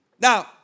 now